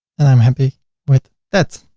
and i'm happy with that.